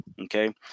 okay